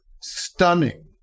stunning